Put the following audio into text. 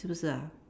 是不是 ah